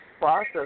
process